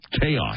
chaos